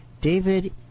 David